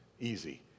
easy